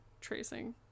tracing